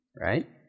right